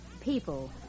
people